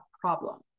problem